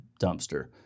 dumpster